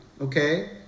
Okay